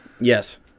Yes